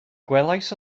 gwelais